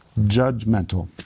judgmental